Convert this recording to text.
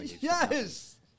Yes